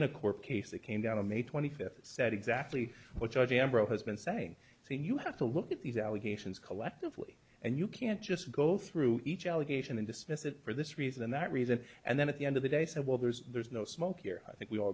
in a court case that came down on may twenty fifth said exactly what judge ambrose has been saying so you have to look at these allegations collectively and you can't just go through each allegation and dismiss it for this reason and that reason and then at the end of the day said well there's there's no smoke here i think we all